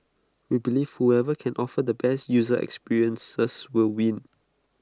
we believe whoever can offer the best user experiences will win